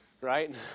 right